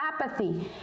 apathy